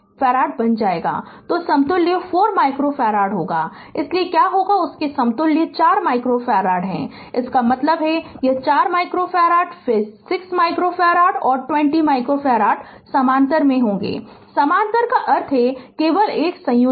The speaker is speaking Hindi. तो समतुल्य 4 माइक्रोफ़ारड होगा इसलिए क्या होगा कि उनके समतुल्य 4 माइक्रोफ़ारड हैं इसका मतलब है यह 4 माइक्रोफ़ारड फिर 6 माइक्रोफ़ारड और 20 माइक्रोफ़ारड समानांतर में हैं समानांतर का अर्थ है केवल एक संयोजन